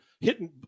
hitting